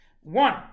one